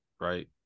right